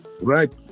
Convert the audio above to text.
right